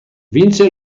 vince